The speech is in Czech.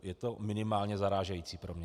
Je to minimálně zarážející pro mě.